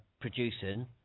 producing